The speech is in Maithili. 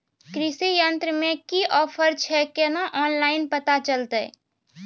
कृषि यंत्र मे की ऑफर छै केना ऑनलाइन पता चलतै?